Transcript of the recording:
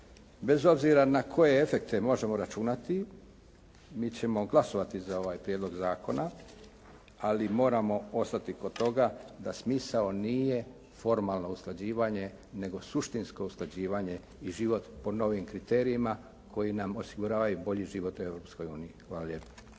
Bez obzira na koje efekte možemo računati mi ćemo glasovati za ovaj prijedlog zakona, ali moramo ostati kod toga da smisao nije formalno usklađivanje nego suštinsko usklađivanje i život po novim kriterijima koji nam osiguravaju bolji život u Europskoj